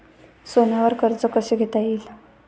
सोन्यावर कर्ज कसे घेता येईल?